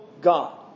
God